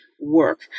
work